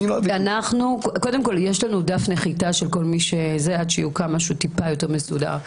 יש לנו דף נחיתה עד שיוקם משהו יותר מסודר.